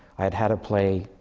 i'd had a play,